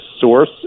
source